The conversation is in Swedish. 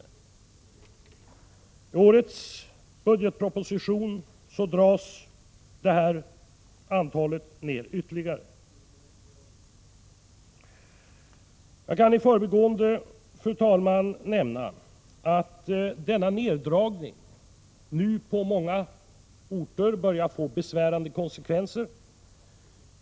I årets budgetproposition dras antalet poliser ned ytterligare. Jag kan i förbigående nämna att denna neddragning nu på många orter börjar få besvärande konsekvenser.